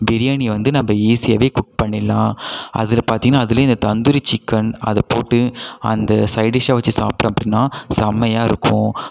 பிரியாணியை வந்து நம்ம ஈஸியாவே குக் பண்ணிடலாம் அதில் பார்த்தீங்கன்னா அதுலேயும் இந்த தந்துரி சிக்கன் அதை போட்டு அந்த சைட்டிஷ்ஷ வெச்சு சாப்பிட்டோம் அப்படின்னா செம்மையாக இருக்கும்